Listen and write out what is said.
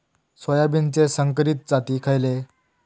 सोयाबीनचे संकरित जाती खयले?